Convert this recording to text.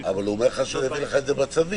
אומר לך שהוא יביא לך את זה בצווים.